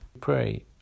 pray